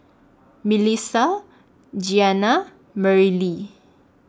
Milissa Giana and Merrilee